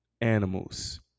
animals